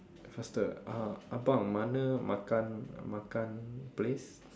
faster uh abang mana makan makan place